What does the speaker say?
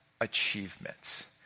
achievements